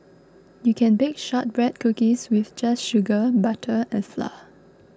you can bake Shortbread Cookies with just sugar butter and flour